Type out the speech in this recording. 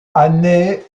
année